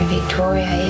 Victoria